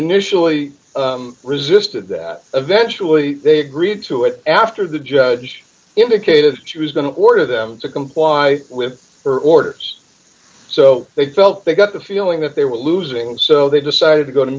initially resisted eventually they agreed to it after the judge indicated she was going to order them to comply with her orders so they felt they got the feeling that they were losing and so they decided to go to